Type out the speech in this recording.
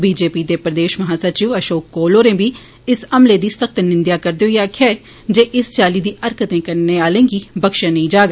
BJP दे प्रदेश महासचिव अशोक कौल होरें बी इस हमले दी सख्त निंदेआ करदे होई आखेआ ऐ जे इस चाल्ली दी हरकत करने आहलें गी बख्शेआ नेई जाग